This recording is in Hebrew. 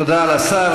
תודה לשר.